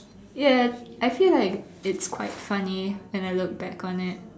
yes I feel like it's quite funny when I look back on it